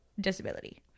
disability